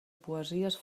poesies